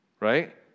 Right